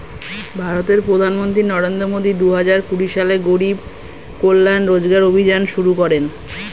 ভারতের প্রধানমন্ত্রী নরেন্দ্র মোদি দুহাজার কুড়ি সালে গরিব কল্যাণ রোজগার অভিযান শুরু করেন